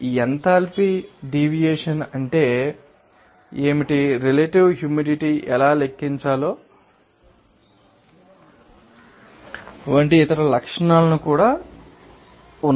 enthalpy deviation అంటే ఏమిటి relative humidity ఎలా లెక్కించాలో వంటి ఇతర లక్షణాలు కూడా ఉన్నాయి